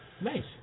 Nice